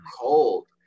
cold